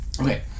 Okay